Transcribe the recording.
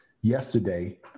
yesterday